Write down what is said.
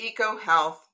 EcoHealth